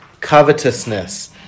covetousness